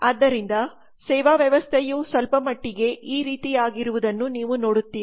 ಆದ್ದರಿಂದ ಸೇವಾ ವ್ಯವಸ್ಥೆಯು ಸ್ವಲ್ಪಮಟ್ಟಿಗೆ ಈ ರೀತಿಯಾಗಿರುವುದನ್ನು ನೀವು ನೋಡುತ್ತೀರಿ